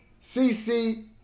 CC